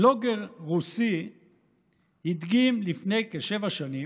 בלוגר רוסי הדגים לפני כשבע שנים,